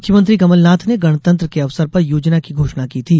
मुख्यमंत्री कमलनाथ ने गणतंत्र के अवसर पर योजना की घोषणा की थी